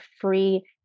free